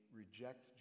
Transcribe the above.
reject